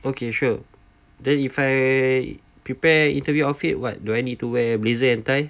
okay sure then if I prepare interview outfit what do I need to wear blazer and tie